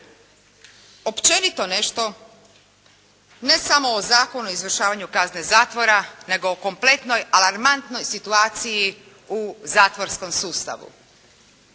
općenito nešto ne samo o Zakonu o izvršavanju kazne zatvora, nego o kompletnoj, alarmantnoj situaciji u zatvorskom sustavu.